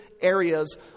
areas